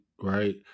right